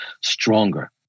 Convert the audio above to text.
stronger